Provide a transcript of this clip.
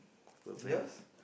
programme